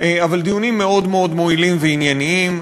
אבל דיונים מאוד מאוד מועילים וענייניים,